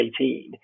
2018